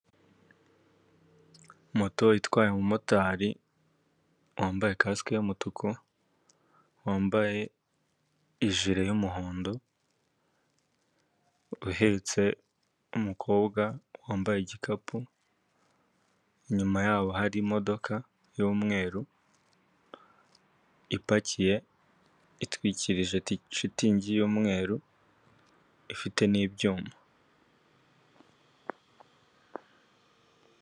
Moto itwaye umumotari, wambaye kasike y'umutuku, wambaye ijele y'umuhondo, uhetse umukobwa wambaye igikapu, inyuma yabo hari imodoka y'umweru, ipakiye, itwikirije shitingi y'umweru, ifite n'ibyuma.